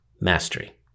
mastery